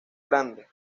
grande